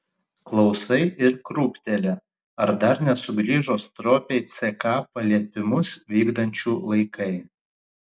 klausai ir krūpteli ar dar nesugrįžo stropiai ck paliepimus vykdančių laikai